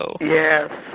Yes